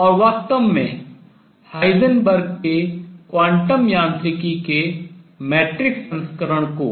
और वास्तव में हाइजेनबर्ग के क्वांटम यांत्रिकी के मैट्रिक्स संस्करण को